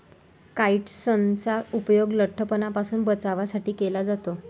काइट्सनचा उपयोग लठ्ठपणापासून बचावासाठी केला जातो